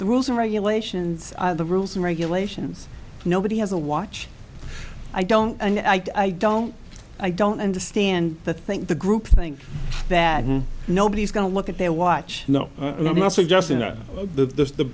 the rules and regulations the rules and regulations nobody has a watch i don't i don't i don't understand the think the group think that nobody's going to look at their watch no i'm not suggesting that